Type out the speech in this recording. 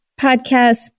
podcast